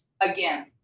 again